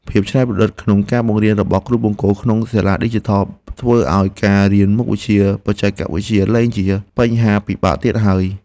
ភាពច្នៃប្រឌិតក្នុងការបង្រៀនរបស់គ្រូបង្គោលក្នុងសាលាឌីជីថលធ្វើឱ្យការរៀនមុខវិជ្ជាបច្ចេកវិទ្យាលែងជាបញ្ហាពិបាកទៀតហើយ។